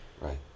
right